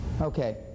Okay